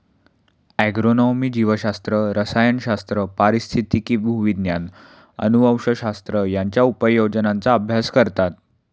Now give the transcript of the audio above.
agronomy जीवशास्त्र, रसायनशास्त्र, पारिस्थितिकी, भूविज्ञान, अनुवंशशास्त्र यांच्या उपयोजनांचा अभ्यास करतात